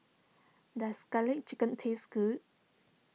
does Garlic Chicken taste good